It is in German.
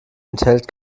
enthält